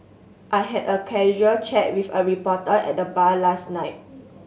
I had a casual chat with a reporter at the bar last night